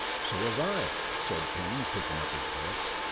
so was i, said king, picking up his books.